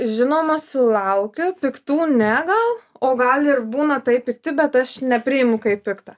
žinoma sulaukiu piktų ne gal o gal ir būna taip pikti bet aš nepriimu kaip pikta